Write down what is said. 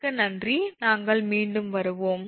மிக்க நன்றி நாங்கள் மீண்டும் வருவோம்